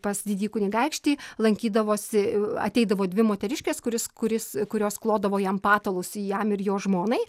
pas didįjį kunigaikštį lankydavosi ateidavo dvi moteriškės kuris kuris kurios klodavo jam patalus jam ir jo žmonai